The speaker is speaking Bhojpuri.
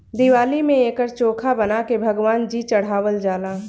दिवाली में एकर चोखा बना के भगवान जी चढ़ावल जाला